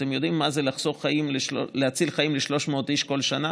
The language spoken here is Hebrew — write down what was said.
אתם יודעים מה זה להציל חיים של 300 איש כל שנה?